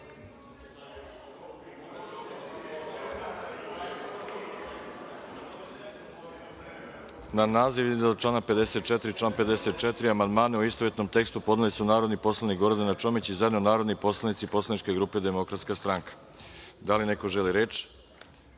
naziv iznad člana 55. i član 55. amandmane u istovetnom tekstu podneli su narodni poslanik Gordana Čomić i zajedno narodni poslanici poslaničke grupe Demokratska stranka. Da li neko želi reč?